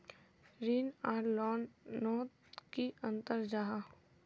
ऋण आर लोन नोत की अंतर जाहा?